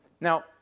Now